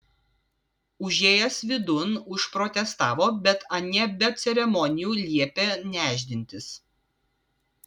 užėjęs vidun užprotestavo bet anie be ceremonijų liepė nešdintis